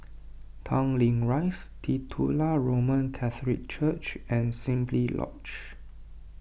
Tanglin Rise Titular Roman Catholic Church and Simply Lodge